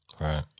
Right